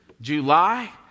July